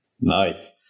nice